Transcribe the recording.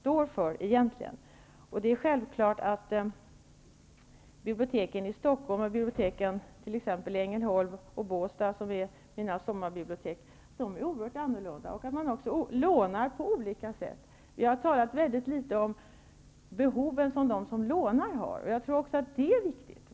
står för. Självklart är biblioteken i Stockholm och biblioteken i t.ex. Ängelholm och Båstad, som är mina sommarbibliotek, oerhört annorlunda. Man lånar också på olika sätt. Vi har talat väldigt litet om de behov som de som lånar har. Jag tror att även det är viktigt.